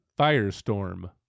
Firestorm